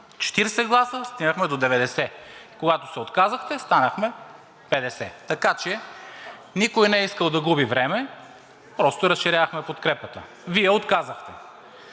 40 гласа, стигнахме до 90. Когато се отказахте, станахме 50. Така че никой не е искал да губи време, просто разширявахме подкрепата. Вие я отказахте.